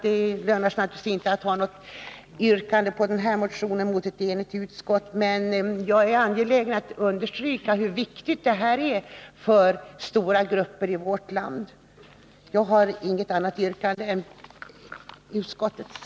Det lönar sig naturligtvis inte att mot ett enigt utskott ställa något yrkande om bifall till motionen, men jag är angelägen om att understryka hur viktig den här frågan är för stora grupper av befolkningen i vårt land. Herr talman! Jag har inget annat yrkande än utskottets.